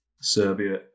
Serbia